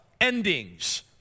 endings